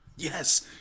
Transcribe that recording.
Yes